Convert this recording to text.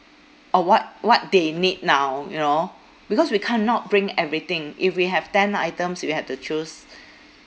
or what what they need now you know because we cannot bring everything if we have ten items we have to choose